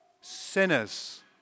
Sinners